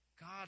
God